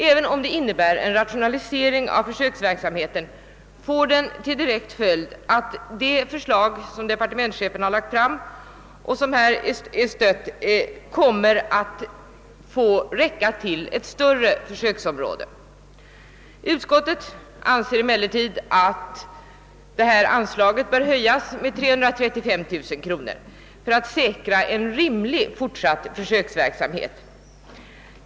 Även om detta innebär en rationalise ring av försöksverksamheten, får det till direkt följd att det förslag, som departementschefen har lagt fram och som här har understötts av reservanterna måste räcka till ett större försöksområde. Utskottet anser emellertid att anslaget bör höjas med 335 000 kronor för att en rimlig försöksverksamhet skall kunna säkras i fortsättningen.